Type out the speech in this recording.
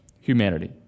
humanity